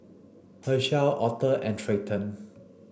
Hershell Octa and Treyton